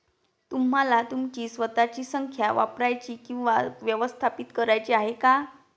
तुम्हाला तुमची स्वतःची संख्या वापरायची किंवा व्यवस्थापित करायची आहे का?